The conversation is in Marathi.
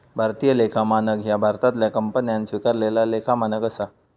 भारतीय लेखा मानक ह्या भारतातल्या कंपन्यांन स्वीकारलेला लेखा मानक असा